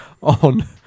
on